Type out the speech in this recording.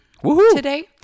today